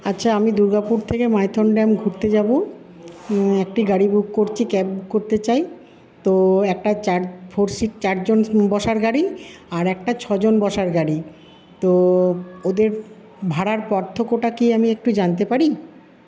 আচ্ছা আমি দুর্গাপুর থেকে মাইথন ড্যাম ঘুরতে যাব একটি গাড়ি বুক করছি ক্যাব বুক করতে চাই তো একটা চার ফোর সিট চারজন বসার গাড়ি আরেকটা ছজন বসার গাড়ি তো ওদের ভাড়ার পার্থক্যটা কি আমি একটু জানতে পারি